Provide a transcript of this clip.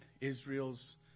Israel's